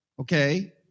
okay